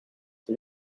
did